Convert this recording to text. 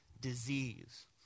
disease